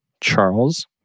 Charles